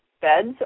Beds